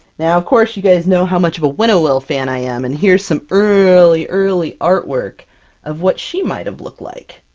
now, of course, you guys know how much of a winnowill fan i am, and here's some early, early artwork of what she might have looked like.